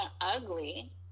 ugly